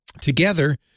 Together